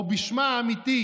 או בשמה האמיתי: